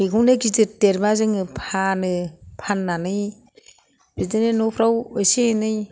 बेखौनो गिदिर देरबा जोङो फानो फाननानै बिदिनो न'फ्राव एसे एनै